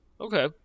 Okay